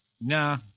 Nah